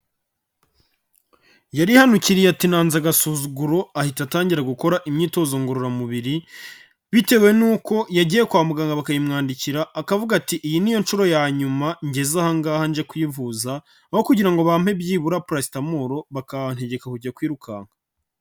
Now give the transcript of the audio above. Yarihanukiriye ati nanze agasuzuguro ahita atangira gukora imyitozo ngororamubiri, bitewe n'uko yagiye kwa muganga bakayimwandikira, akavuga ati iyi niyo nshuro ya nyuma ngeze aha ngaha nje kwivuza, aho kugira ngo bampe byibura parasitamoro bakantegeka kujya kwirukanka